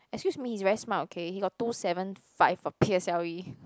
excuse me he's very smart okay he got two seven five for p_s_l_e